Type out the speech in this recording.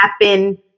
happen